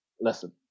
listen